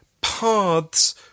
paths